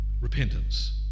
repentance